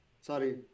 Sorry